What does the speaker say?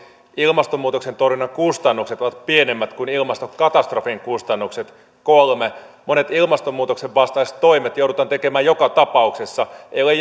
ilmastonmuutoksen torjunnan kustannukset ovat pienemmät kuin ilmastokatastrofin kustannukset kolme monet ilmastonmuutoksen vastaiset toimet joudutaan tekemään joka tapauksessa eikä ole